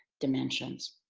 dimensions.